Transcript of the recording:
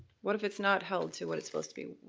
what if it's not held to what it's supposed to be?